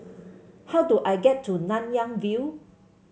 how do I get to Nanyang View